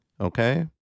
okay